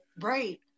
Right